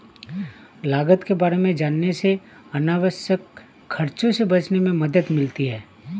लागत के बारे में जानने से अनावश्यक खर्चों से बचने में मदद मिलती है